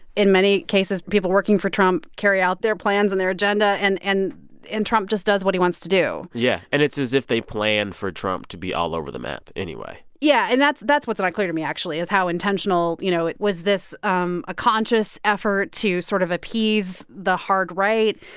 in many cases, people working for trump carry out their plans and their agenda, and and trump just does what he wants to do yeah. and it's as if they planned for trump to be all over the map anyway yeah, and that's that's what's not clear to me, actually, is how intentional you know, was this um a conscious effort to sort of appease the hard-right?